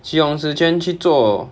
是用时间去做